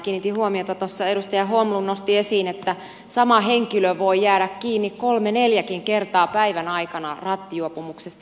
kiinnitin huomiota siihen minkä tuossa edustaja holmlund nosti esiin että sama henkilö voi jäädä kiinni kolme neljäkin kertaa päivän aikana rattijuopumuksesta